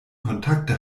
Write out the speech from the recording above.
kontakte